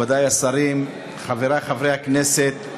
מכובדי השרים, חברי חברי הכנסת,